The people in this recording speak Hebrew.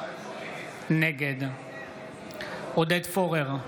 נגד עודד פורר,